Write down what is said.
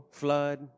flood